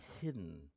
hidden